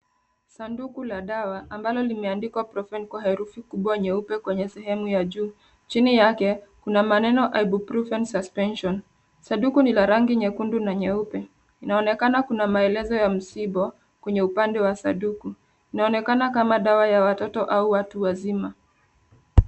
Sanduku la dawa, ambalo limeandikwa profen kwa herufi kubwa nyeupe kwenye sehemu ya juu. Chini yake, kuna maneno ibuprofen suspension .Sanduku ni la rangi nyekundu na nyeupe. Inaonekana kuna maelezo ya msibo, kwenye upande wa sanduku. Inaonekana kama dawa ya watoto au watu wazima.